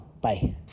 bye